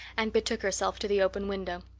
and betook herself to the open window.